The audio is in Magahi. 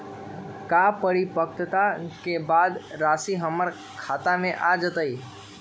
का परिपक्वता के बाद राशि हमर खाता में आ जतई?